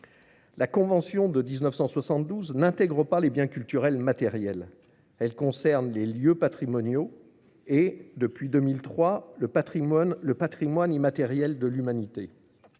La Convention de 1972 n'intègre pas les biens culturels matériels. Elle concerne les lieux patrimoniaux et, depuis 2003, le patrimoine immatériel de l'humanité.